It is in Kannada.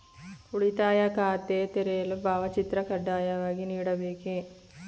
ಉಳಿತಾಯ ಖಾತೆ ತೆರೆಯಲು ಭಾವಚಿತ್ರ ಕಡ್ಡಾಯವಾಗಿ ನೀಡಬೇಕೇ?